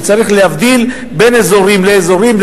שצריך להבדיל בין אזורים לאזורים,